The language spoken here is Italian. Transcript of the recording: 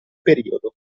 periodo